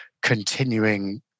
continuing